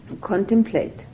contemplate